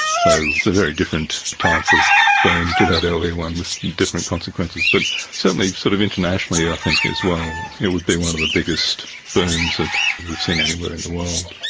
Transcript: so a very different type of boom to that earlier one with different consequences. but certainly sort of internationally i think as well it would be one of the biggest booms that we've seen anywhere in the world.